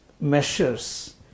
measures